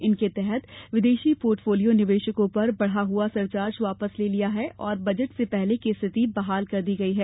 इनके तहत विदेशी पोर्टफोलियो निवेशकों पर बढ़ावा सरचार्ज वापस ले लिया है और बजट से पहले की स्थिति बहाल कर दी गई है